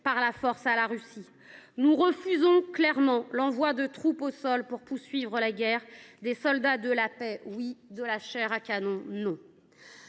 par la force à la Russie ? Nous refusons clairement l’envoi de troupes au sol pour poursuivre la guerre. Des soldats de la paix, oui ! De la chair à canon, non